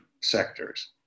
sectors